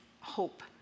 hope